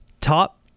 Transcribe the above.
top